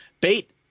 bait